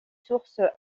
sources